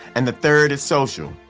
and the third is social.